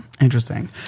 Interesting